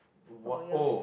how about yours